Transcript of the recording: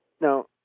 now